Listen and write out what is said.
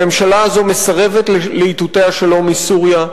הממשלה הזאת מסרבת לאיתותי השלום מסוריה,